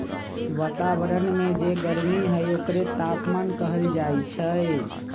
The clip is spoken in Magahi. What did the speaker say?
वतावरन में जे गरमी हई ओकरे तापमान कहल जाई छई